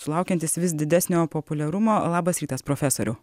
sulaukiantis vis didesnio populiarumo labas rytas profesoriau